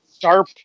Sharp